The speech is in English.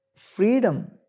Freedom